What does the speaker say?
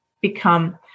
become